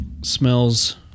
Smells